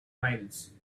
miles